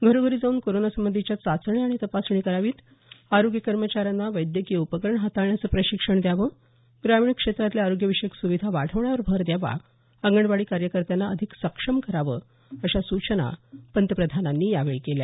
घरोघरी जाऊन कोरोनासंबंधीच्या चाचण्या आणि तपासणी कराव्यात आरोग्य कर्मचाऱ्यांना वैद्यकीय उपकरणं हाताळण्याचं प्रशिक्षण द्यावं ग्रामीण क्षेत्रातल्या आरोग्यविषयक सुविधा वाढवण्यावर भर द्यावा अंगणवाडी कार्यकत्यांना अधिक सक्षम करावं अशा सूचना पंतप्रधानांनी यावेळी केल्या